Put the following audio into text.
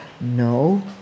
no